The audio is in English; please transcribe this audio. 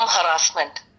harassment